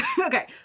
Okay